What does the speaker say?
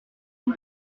une